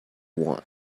want